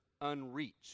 unreached